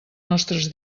nostres